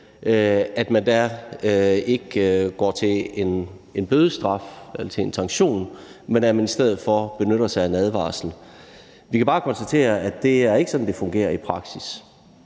man ikke en bødestraf eller en sanktion, men i stedet for benytter man sig af en advarsel. Vi kan bare konstatere, at det ikke er sådan, det fungerer i praksis.